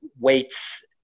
weights